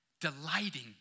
delighting